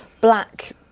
black